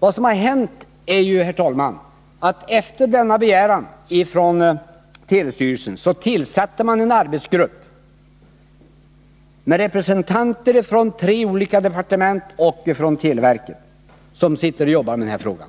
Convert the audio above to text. Vad som hänt är ju att efter framställningen från telestyrelsen tillsattes en arbetsgrupp med representanter från tre olika departement och från televerket för att arbeta med frågan.